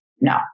no